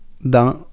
dans